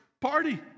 party